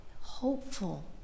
hopeful